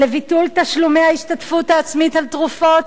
לביטול תשלומי ההשתתפות העצמית על תרופות,